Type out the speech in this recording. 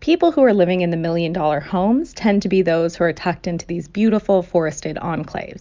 people who are living in the million-dollar homes tend to be those who are tucked into these beautiful, forested enclaves